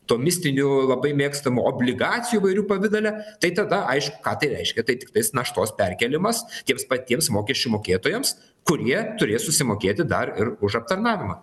tom mistinių labai mėgstamų obligacijų įvairių pavidale tai tada aišku ką tai reiškia tai tiktais naštos perkėlimas tiems patiems mokesčių mokėtojams kurie turės susimokėti dar ir už aptarnavimą